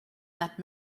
that